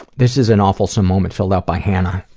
this is an awfulsome moment filled out by hannah,